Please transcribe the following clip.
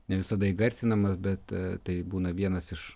ne visada įgarsinamas bet tai būna vienas iš